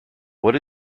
what